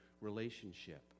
relationship